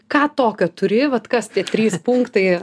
ką tokio turi vat kas tie trys punktai